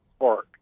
Park